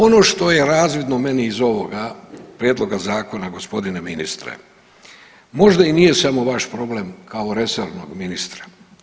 Ono što je razvidno meni iz ovoga prijedloga zakona g. ministre možda i nije samo vaš problem kao resornog ministra.